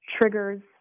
triggers